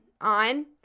on